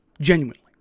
Genuinely